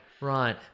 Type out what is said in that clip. Right